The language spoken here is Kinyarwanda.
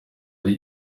ari